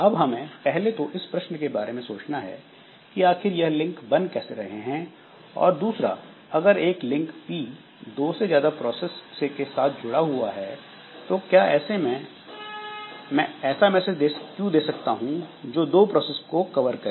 अब हमें पहले तो इस प्रश्न के बारे में सोचना है कि आखिर यह लिंक बन कैसे रहे हैं और दूसरा अगर एक लिंक P दो से ज्यादा प्रोसेस के साथ जुड़ा हुआ है तो क्या मैं ऐसा मैसेज Q दे सकता हूं जो दो प्रोसेस को कवर करे